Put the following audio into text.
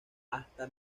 hasta